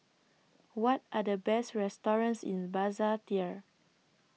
What Are The Best restaurants in Basseterre